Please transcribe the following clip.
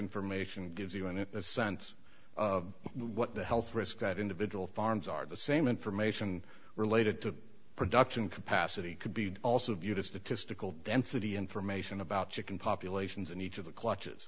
information gives you any sense of what the health risk that individual farms are the same information related to production capacity could be also viewed as statistical density information about chicken populations in each of the cl